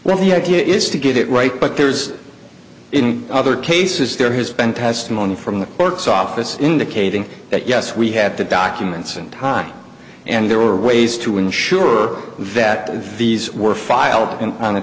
well the idea is to get it right but there's in other cases there has been testimony from the clerk's office indicating that yes we had the documents and time and there are ways to ensure that these were filed on a